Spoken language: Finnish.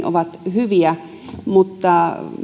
ovat hyviä mutta